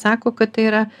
sako kad tai yra